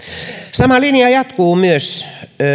sama linja jatkuu myös